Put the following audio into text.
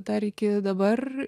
dar iki dabar